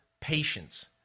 patience